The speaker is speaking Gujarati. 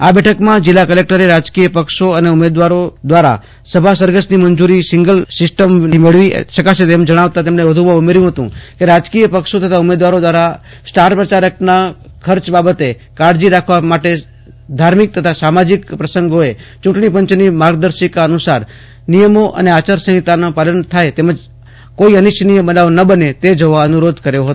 આ બેઠકમાં જીલ્લા કલેકટરે રાજકીય પક્ષો અને ઉમેદવારો સભા સરઘસની મંજુરી સિંગલ વિન્ડો સીસ્ટમથી મેળવી શકશે તેમ જણાવતા વધુમાં ઉમેર્યું હતું કે રાજકીય પક્ષો તથા ઉમેદવારો દ્વારા સ્ટાર પ્રચારકના ખર્ચ બાબતે કાળજી રાખવા સાથે ધાર્મિક તથા સામાજિક પ્રસંગોએ પણ ચુંટણીપંચની માર્ગદર્શિકા અનુસાર નિયમો અને આયાર સંહિતાનું પાલન થાય તેમજ કોઈ અનિચ્છનીય બનાવ ન બને તે જોવા અનુરોધ કર્યો હતો